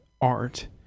art